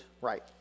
right